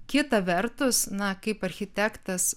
kita vertus na kaip architektas